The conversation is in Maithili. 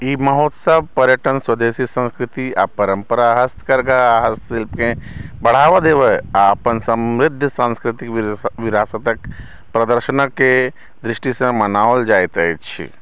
ई महोत्सव पर्यटन स्वदेशी संस्कृति आ परम्परा हस्तकरघा आ हस्तशिल्पकेँ बढ़ावा देबय आ अपन समृद्ध सांस्कृतिक विरासतक प्रदर्शनकेँ दृष्टिसँ मनाओल जाइत अछि